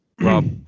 rob